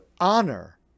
honor